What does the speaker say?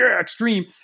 extreme